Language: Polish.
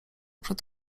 przed